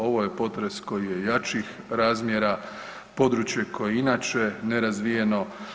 Ovo je potres koji je jačih razmjera, područje koje je inače nerazvijeno.